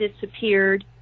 disappeared